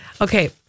Okay